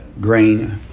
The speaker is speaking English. grain